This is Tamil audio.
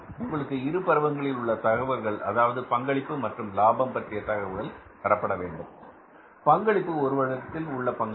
உங்களுக்கு இரு பருவங்களில் உள்ள தகவல் அதாவது பங்களிப்பு மற்றும் லாபம் பற்றிய தகவல் தரப்பட வேண்டும் பங்களிப்பு ஒரு வருடத்தில் உள்ள பங்களிப்பு